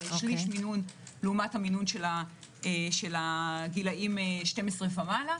ושליש מינון לעומת המינון של גילאי 12 ומעלה.